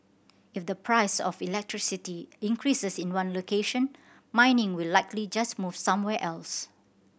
if the price of electricity increases in one location mining will likely just move somewhere else